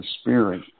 spirit